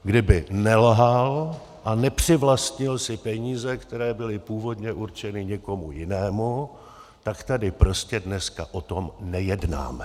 Kdyby nelhal a nepřivlastnil si peníze, které byly původně určeny někomu jinému, tak tady prostě dneska o tom nejednáme.